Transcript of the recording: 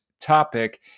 topic